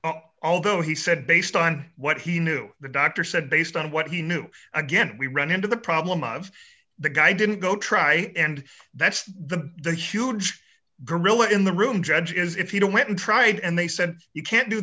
although he said based on what he knew the doctor said based on what he knew again we run into the problem of the guy didn't go try it and that's the the huge gorilla in the room judge is if you don't want him tried and they said you can't do